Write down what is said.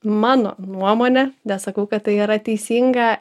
mano nuomone nesakau kad tai yra teisinga